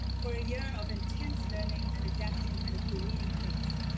for a year of intense learning and adapting at a careening pace.